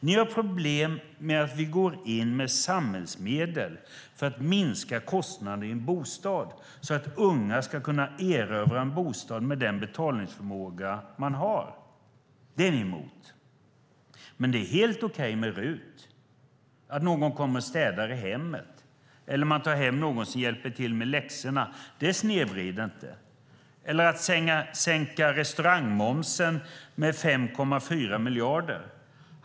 Ni har problem med att vi går in med samhällsmedel för att minska kostnaderna för en bostad, så att unga ska kunna erövra en bostad med den betalningsförmåga som de har. Det är ni emot. Men det är helt okej med RUT, att någon kommer och städar i hemmet eller att man tar hem någon som hjälper till med läxorna - det snedvrider inte. Det är också okej att sänka restaurangmomsen med 5,4 miljarder kronor.